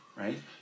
right